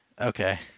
Okay